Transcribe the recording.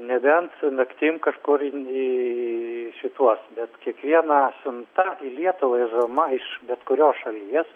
nebent naktim kažkur į šituos bet kiekviena siunta į lietuvą vežama iš bet kurios šalies